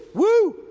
woo!